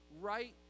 right